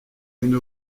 une